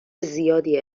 زیادی